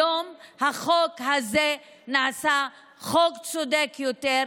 היום החוק הזה נעשה חוק צודק יותר.